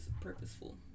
purposeful